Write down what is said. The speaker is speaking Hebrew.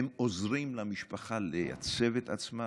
והם עוזרים למשפחה לייצב את עצמה.